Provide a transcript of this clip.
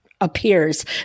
appears